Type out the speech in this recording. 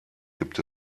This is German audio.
gibt